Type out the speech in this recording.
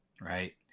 right